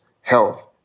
health